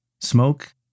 Smoke